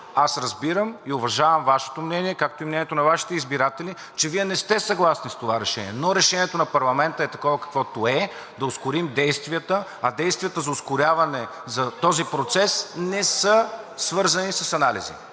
Аз разбирам и уважавам Вашето мнение, както и мнението на Вашите избиратели, че Вие не сте съгласни с това решение, но решението на парламента е такова, каквото е – да ускорим действията, а действията за ускоряване за този процес не са свързани с анализи.